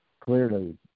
clearly